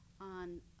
on